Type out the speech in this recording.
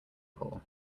pool